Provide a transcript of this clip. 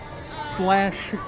slash